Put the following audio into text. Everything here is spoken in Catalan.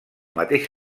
mateix